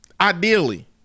Ideally